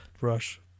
Rush